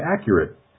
accurate